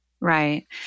Right